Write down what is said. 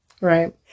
Right